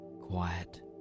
quiet